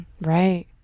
Right